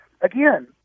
again